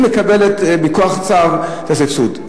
היא מקבלת מכוח צו את הסבסוד.